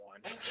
one